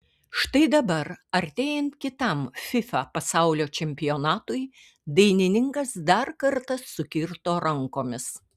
štai dabar artėjant kitam fifa pasaulio čempionatui dainininkas dar kartą sukirto rankomis